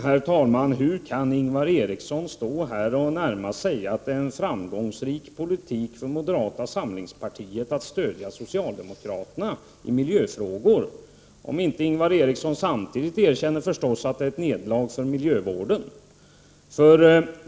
Herr talman! Hur kan Ingvar Eriksson stå här och närmast säga att det är en framgångsrik politik för moderata samlingspartiet att stödja socialdemokraterna i miljöfrågor? Erkänner Ingvar Eriksson samtidigt att det är ett nederlag för miljövården?